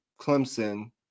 Clemson